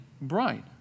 bright